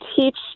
teach